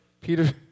Peter